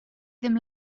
ddim